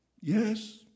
yes